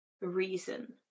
reason